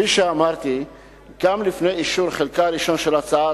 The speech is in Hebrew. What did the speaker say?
כפי שאמרתי גם לפני אישור חלקה הראשון של ההצעה,